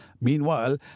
Meanwhile